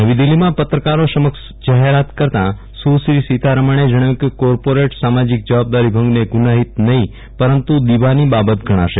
નવી દિલ્હીમાં પત્રકારો સમક્ષ જાહેરાત કરતા સુશ્રી સીતારમણે જણાવ્યું કે કોર્પોરેટ સામાજિક જવાબદારી ભંગને ગુનાઈત નહીં પરંતુ દીવાની બાબત ગણાશે